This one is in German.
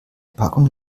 packung